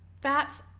fats